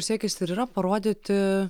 siekis ir yra parodyti